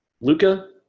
Luca